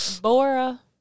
Bora